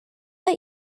let